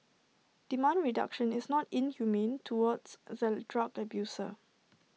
demand reduction is not inhumane towards the drug abuser